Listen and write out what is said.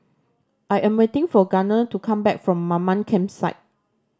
I am waiting for Garner to come back from Mamam Campsite